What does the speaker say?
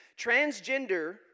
transgender